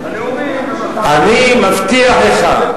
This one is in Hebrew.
אני מבטיח לך,